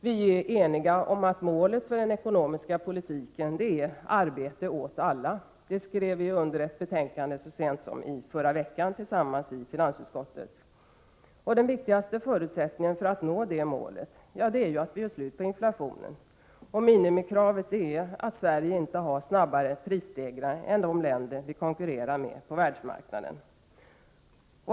Vi är eniga om att målet för den ekonomiska politiken är arbete åt alla; det skrev vi under tillsammans i finansutskottet i ett betänkande så sent som förra veckan. Den viktigaste förutsättningen för att nå det målet är att göra slut på inflationen, och minimikravet är då att Sverige inte har snabbare prisstegringar än de länder vi konkurrerar med på världsmarknaden.